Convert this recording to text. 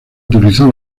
utilizó